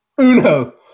Uno